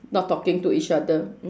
not talking to each other